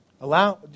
Allow